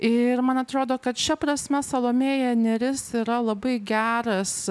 ir man atrodo kad šia prasme salomėja nėris yra labai geras